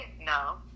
No